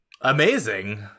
Amazing